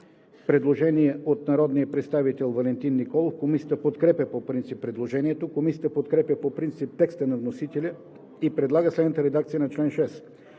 предложение от народния представител Валентин Николов. Комисията подкрепя по принцип предложението. Комисията подкрепя по принцип текста на вносителя и предлага следната редакция на чл. 6: